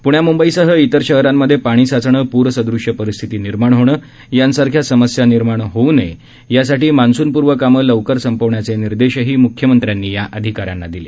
प्ण्या मूंबईसह इतर शहरांमध्ये पाणी साचणे पूर सदृश्य परिस्थिती निर्माण होणे यासारख्या समस्या निर्माण होऊ नये यासाठी मान्सूनपूर्व कामं लवकर संपविण्याचे निर्देशही म्ख्यमंत्र्यांनी या अधिकाऱ्यांना दिले